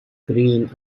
green